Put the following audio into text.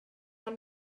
ond